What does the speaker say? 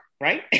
right